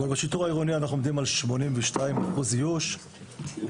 אבל בשיטור העירוני אנחנו עומדים על 82% איוש בממוצע.